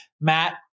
Matt